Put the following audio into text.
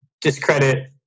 discredit